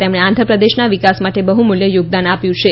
તેમણે આંધ્રપ્રદેશના વિકાસ માટે બહુમૂલ્ય યોગદાન આપ્યું છે